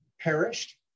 perished